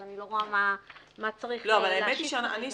אז אני לא רואה מה צריך להשיב כרגע.